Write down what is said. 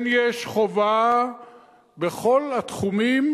כן יש חובה בכל התחומים